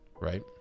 Right